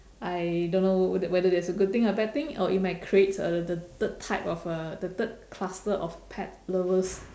I don't know whether that's a good thing or bad thing or it might create uh the third type of uh the third cluster of pet lovers